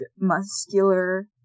muscular